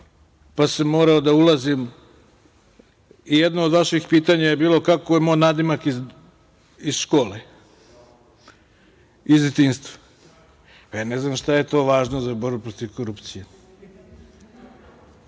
pa sam morao da ulazim, i jedno od vaših pitanja je bilo – kakav je imao nadimak iz škole, iz detinjstva. Ne znam što je to važno za borbu protiv korupcije.